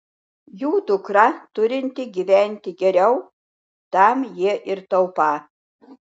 jų dukra turinti gyventi geriau tam jie ir taupą